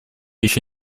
еще